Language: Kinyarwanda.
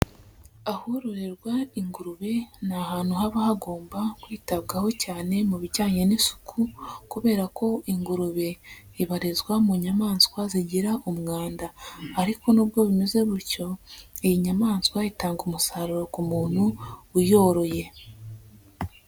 Ahororerwa ingurube ni ahantu haba hagomba kwitabwaho cyane mu bijyanye n'isuku, kubera ko ingurube ibarizwa mu nyamaswa zigira umwanda, ariko n'ubwo bimeze bityo, iyi nyamaswa itanga umusaruro ku muntu uyoroye.